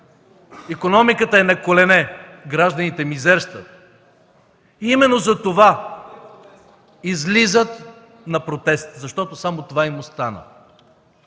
Икономиката е на колене, гражданите мизерстват. Именно затова излизат, защото само това им остана,